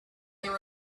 there